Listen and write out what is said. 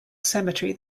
cemetery